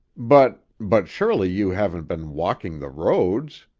but but surely you haven't been walking the roads?